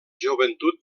joventut